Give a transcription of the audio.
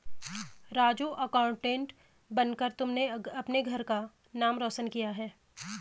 Raju accountant बनकर तुमने अपने घर का नाम रोशन किया है